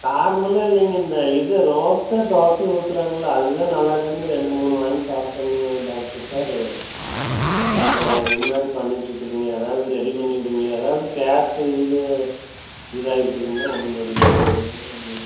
காரமெல்லாம் இல்லைங்க இந்த இது ரோஸ்ட்டாக தோசையை ஊற்றுறாங்கல்ல அதுதான் நல்லாயிருக்குதுன்னு ரெண்டு மூணு வாங்கி சாப்பிட்டேங்க டாக்டர் சார் இப்போது இதுமாதிரி பண்ணிட்டிருக்குதுங்க எதாவது ரெடி பண்ணி விடுங்களேன் எதாவது கேஸு இது இதாகிருக்குதுங்களா ஒன்றும் தெரியமாட்டேங்கிறது